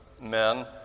men